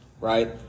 right